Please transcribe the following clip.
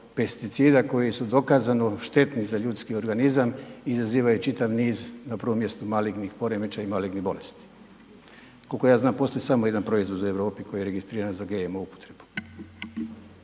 pesticida koji su dokazano štetni za ljudski organizam, izazivaju čitav niz, na prvom mjestu, malignih poremećaja i malignih bolesti. Koliko ja znam, postoji samo jedan proizvod u Europi koji je registriran za GMO upotrebu.